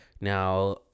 now